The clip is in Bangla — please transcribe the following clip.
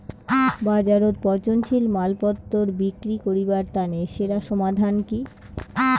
বাজারত পচনশীল মালপত্তর বিক্রি করিবার তানে সেরা সমাধান কি?